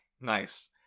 Nice